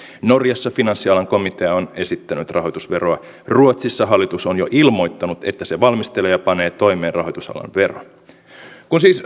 norjassa finanssialan komitea on esittänyt rahoitusveroa ruotsissa hallitus on jo ilmoittanut että se valmistelee ja panee toimeen rahoitusalan veron kun siis